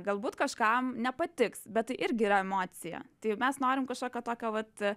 galbūt kažkam nepatiks bet tai irgi yra emocija tai mes norim kažkokio tokio vat